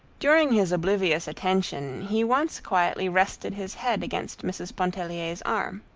during his oblivious attention he once quietly rested his head against mrs. pontellier's arm.